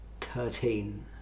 Thirteen